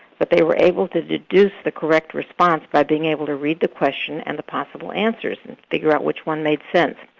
but they were able to deduce the correct response by being able to read the question and the possible answers and figure out which one made sense.